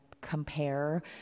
compare